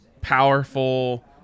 powerful